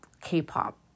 k-pop